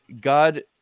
God